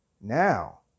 Now